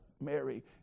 Mary